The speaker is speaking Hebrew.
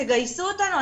תגייסו אותנו,